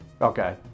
Okay